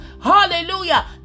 hallelujah